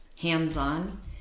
hands-on